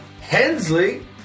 Hensley